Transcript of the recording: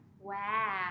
Wow